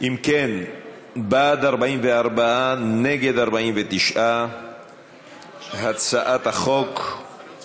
אם כן, בעד, 44, נגד, 49. הצעת החוק לא